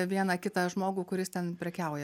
vieną kitą žmogų kuris ten prekiauja